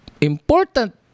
important